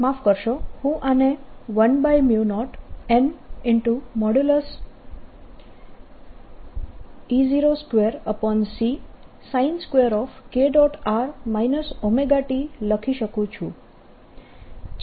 r ωt લખી શકું છું